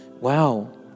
wow